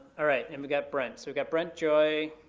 all right, and we got brent. so we got brent, joy,